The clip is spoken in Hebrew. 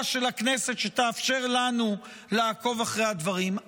של הכנסת' שתאפשר לנו לעקוב אחרי הדברים,